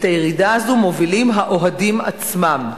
את הירידה הזאת מובילים האוהדים עצמם.